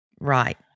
Right